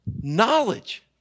Knowledge